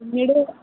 വീട്